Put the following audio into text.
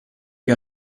que